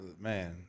man